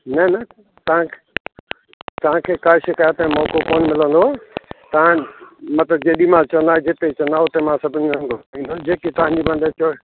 न न तव्हां तव्हांखे का शिकायत मौक़ो कोन मिलंदो तव्हां मतलबु जेॾी महिल चवंदा जिते चवंदा उते मां सभिनी खे मोकिलींदमि जेकी तव्हांजी मतलबु